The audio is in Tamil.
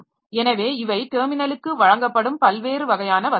எனவே இவை டெர்மினலுக்கு வழங்கப்படும் பல்வேறு வகையான வசதிகள்